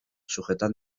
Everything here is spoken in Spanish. sujetad